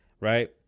Right